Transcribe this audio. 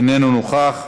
אינו נוכח.